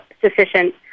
sufficient